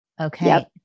Okay